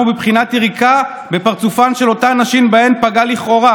היא בבחינת יריקה בפרצופן של אותן נשים שבהן פגע לכאורה,